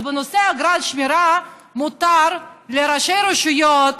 אז בנושא אגרה על שמירה מותר לראשי רשויות